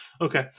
Okay